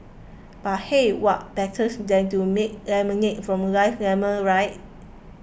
but hey what betters than to make lemonade from life's lemons right